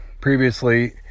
Previously